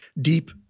deep